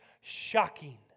shocking